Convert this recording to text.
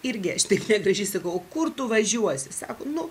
irgi aš taip negražiai sakau o kur tu važiuosi sako nu